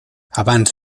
abans